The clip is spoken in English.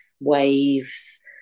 waves